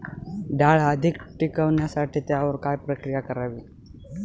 डाळ अधिक टिकवण्यासाठी त्यावर काय प्रक्रिया करावी?